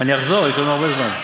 אני אחזור, יש לנו הרבה זמן,